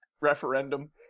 referendum